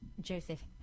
Joseph